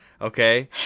okay